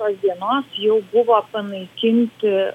tos dienos jau buvo panaikinti